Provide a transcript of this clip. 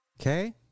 Okay